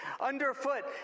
underfoot